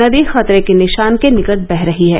नदी खतरे के निशान के निकट बह रही है